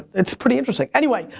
it's pretty interesting. anyway,